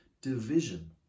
division